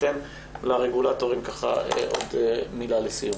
לאחר מכן אני אתן לרגולטורים עוד מילה לסיום.